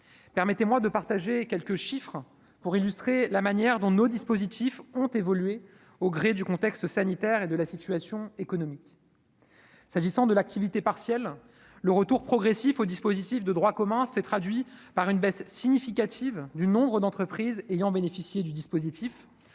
permettez-moi de partager quelques chiffres pour illustrer la manière dont nos dispositifs ont évolué au gré du contexte sanitaire et de la situation économique s'agissant de l'activité partielle le retour progressif au dispositif de droit commun s'était traduit par une baisse significative du nombre d'entreprises ayant bénéficié du dispositif